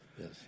Yes